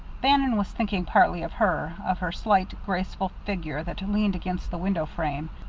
bannon was thinking partly of her of her slight, graceful figure that leaned against the window frame,